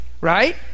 right